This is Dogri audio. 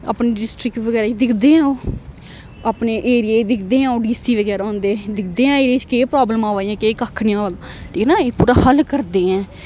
नी डिस्ट्रक् बगैरा दिखदे ओह् अपने एरिय च दिखदे आ ओह् डीसी बगैरा होंदे दिखदे ओह् इस च केह् प्रॉब्लम आवा केह् कक्ख निं आ ठीक ना एह् पूरा हल करदे ऐ